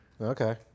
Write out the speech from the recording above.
Okay